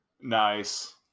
Nice